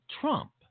Trump